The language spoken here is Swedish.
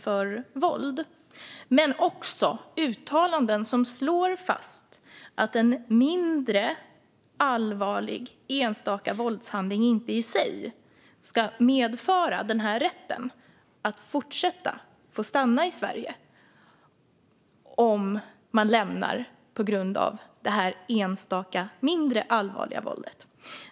Det finns dock också uttalanden som slår fast att en mindre allvarlig enstaka våldshandling inte i sig ska medföra att kvinnan får rätt att stanna i Sverige om hon lämnar mannen på grund av det enstaka mindre allvarliga våldet.